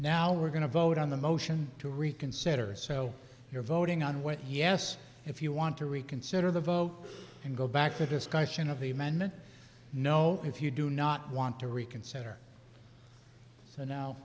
now we're going to vote on the motion to reconsider so you're voting on what yes if you want to reconsider the vote and go back to discussion of the amendment no if you do not want to reconsider and now